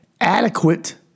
adequate